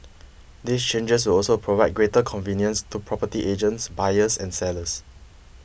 these changes will also provide greater convenience to property agents buyers and sellers